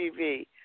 TV